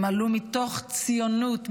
הם עלו מתוך ציונות,